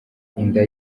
inda